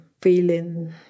feeling